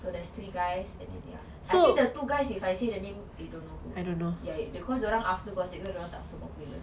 so there's three guys and then ya I think the two guys if I say the name you don't know who ya because dia orang after gossip girl dia orang tak so popular